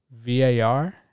VAR